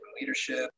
leadership